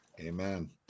Amen